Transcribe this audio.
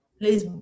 Please